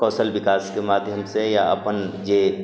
कौशल विकासके माध्यमसँ या अपन जे